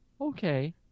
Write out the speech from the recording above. Okay